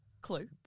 clue